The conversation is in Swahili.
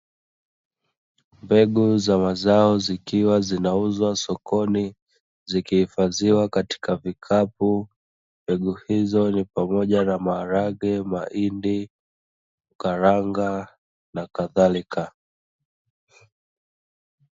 Mbegu za mazao zikiwa zinauzwa sokoni, zikihifadhiwa katika vikapu. Mbegu hizo ni pamoja na maharage, mahindi, karanga na kadhalika.